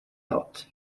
out